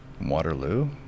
Waterloo